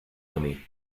camí